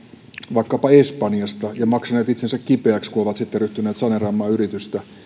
vaikkapa espanjasta ja maksaneet itsensä kipeäksi kun ovat sitten ryhtyneet saneeraamaan yritystä